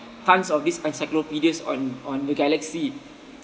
tonnes of these encyclopaedias on on the galaxy